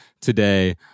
today